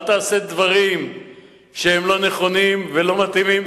אל תעשה דברים שהם לא נכונים ולא מתאימים.